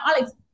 Alex